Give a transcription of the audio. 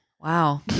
Wow